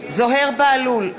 זוהיר בהלול,